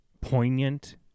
poignant